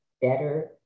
better